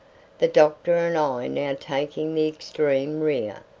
the doctor and i now taking the extreme rear,